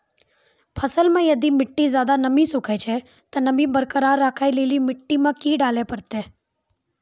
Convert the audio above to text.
फसल मे यदि मिट्टी ज्यादा नमी सोखे छै ते नमी बरकरार रखे लेली मिट्टी मे की डाले परतै?